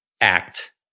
act